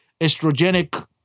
estrogenic